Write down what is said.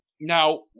Now